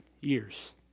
years